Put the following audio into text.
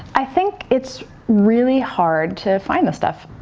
i think it's really hard to find this stuff.